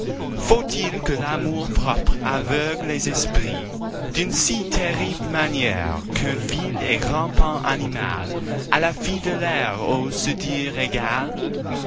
faut-il que l'amour-propre aveugle les esprits d'une si terrible manière qu'un vil et rampant animal à la fille de l'air ose se dire égal